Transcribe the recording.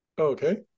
Okay